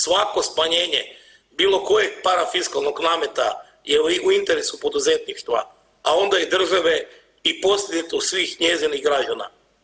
Svako smanjenje bilo kojeg parafiskalnog nameta je u interesu poduzetništva, a onda i države i posljedno svih njezinih građana.